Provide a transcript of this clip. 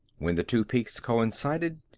when the two peaks coincided,